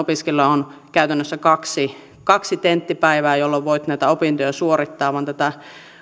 opiskelijoilla on käytännössä kaksi kaksi tenttipäivää jolloin voit näitä opintoja suorittaa vaan tätä